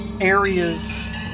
areas